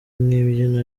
n’imbyino